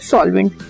Solvent